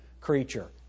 creature